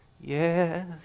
Yes